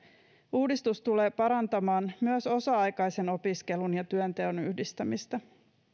uudistus tulee parantamaan myös osa aikaisen opiskelun ja työnteon yhdistämistä